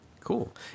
Cool